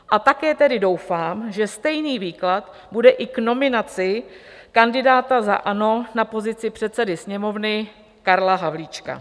A také tedy doufám, že stejný výklad bude i k nominaci kandidáta za ANO na pozici předsedy Sněmovny Karla Havlíčka.